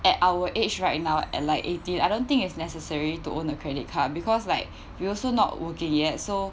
at our age right now and like eighteen I don't think it's necessary to own a credit card because like we also not working yet so